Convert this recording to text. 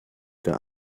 der